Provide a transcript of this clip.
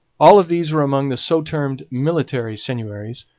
all of these were among the so-termed military seigneuries,